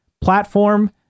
platform